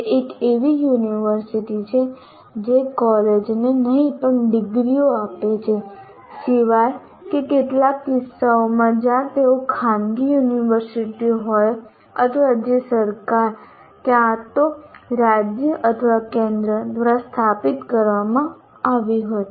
તે એક એવી યુનિવર્સિટી છે જે કોલેજોને નહીં પણ ડિગ્રીઓ આપે છે સિવાય કે કેટલાક કિસ્સાઓમાં જ્યાં તેઓ ખાનગી યુનિવર્સિટીઓ હોય અથવા જે સરકાર ક્યાં તો રાજ્ય અથવા કેન્દ્ર દ્વારા સ્થાપિત કરવામાં આવી હોય